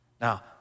Now